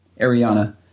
Ariana